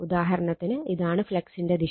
ഉദാഹരണത്തിന് ഇതാണ് ഫ്ളക്സിന്റെ ദിശ